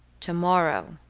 tomorrow,